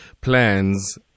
plans